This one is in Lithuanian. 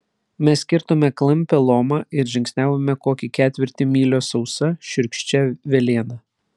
mes kirtome klampią lomą ir žingsniavome kokį ketvirtį mylios sausa šiurkščia velėna